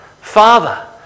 Father